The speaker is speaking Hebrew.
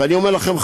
ואני אומר לכם,